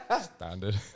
Standard